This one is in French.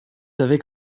avec